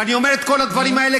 ואני אומר את כל הדברים האלה,